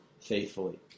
faithfully